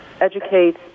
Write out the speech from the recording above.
educate